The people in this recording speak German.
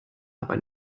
aber